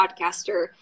podcaster